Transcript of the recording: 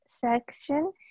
section